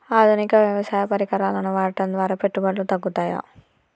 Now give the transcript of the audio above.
ఆధునిక వ్యవసాయ పరికరాలను వాడటం ద్వారా పెట్టుబడులు తగ్గుతయ?